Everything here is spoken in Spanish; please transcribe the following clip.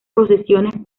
procesiones